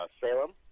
Salem